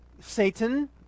Satan